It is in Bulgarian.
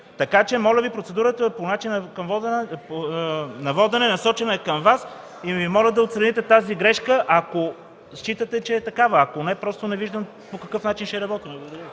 от ДПС.) Процедурата ми е по начина на водене, насочена е към Вас и Ви моля да отстраните тази грешка, ако считате, че е такава. Ако не, просто не виждам по какъв начин ще работим.